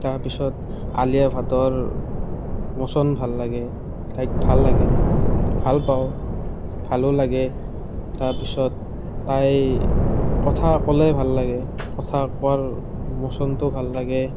তাৰপিছত আলিয়া ভাটৰ মোচন ভাল লাগে তাইক ভাল লাগে ভালপাওঁ ভালো লাগে তাৰপিছত তাই কথা ক'লে ভাল লাগে কথা কোৱাৰ মোচনটো ভাল লাগে